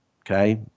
okay